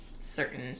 certain